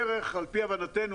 על פי הבנתנו,